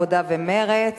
העבודה ומרצ.